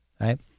Right